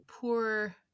poor